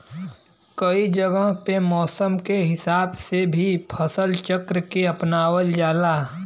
कई जगह पे मौसम के हिसाब से भी फसल चक्र के अपनावल जाला